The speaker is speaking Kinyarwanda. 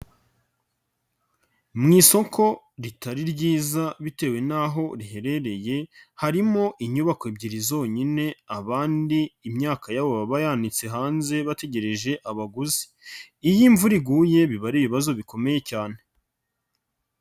Mu isoko ritari ryiza bitewe n'aho riherereye, harimo inyubako ebyiri zonyine abandi imyaka yabo yanitse hanze bategereje abaguzi. Iyo imvura iguye biba ari ibibazo bikomeye cyane.